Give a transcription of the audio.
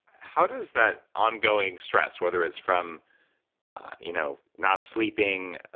how does that ongoing stress, whether it's from you know not sleeping,